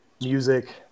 music